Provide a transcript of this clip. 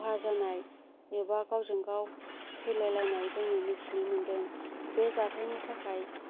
खहा जानाय एबा गावजों गाव थैलाय लायनाय जोङो मिथिनो मोन्दों बे जाथायनि थाखाय